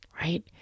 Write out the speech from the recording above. right